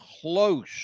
close